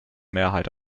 mehrheit